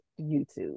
youtube